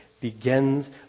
begins